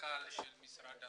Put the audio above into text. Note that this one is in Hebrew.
כדי לשתף אותנו בפעילות המשרד.